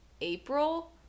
april